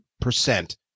percent